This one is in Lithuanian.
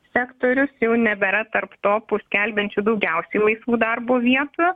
sektorius jau nebėra tarp topų skelbiančių daugiausiai laisvų darbo vietų